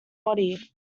body